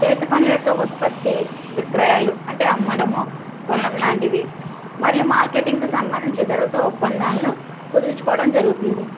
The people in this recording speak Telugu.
చేతిపనుల యొక్క ఉత్పత్తి విక్రయాలు అంటే అమ్మడము కొనడంలాంటివి మరియు మార్కెటింగ్కి సంబంధించి ఇతరులతో ఒప్పందాలను కుదుర్చుకోవడం జరుగుతుంది